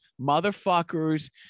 motherfuckers